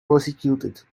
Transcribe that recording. prosecuted